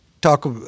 talk